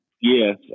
Yes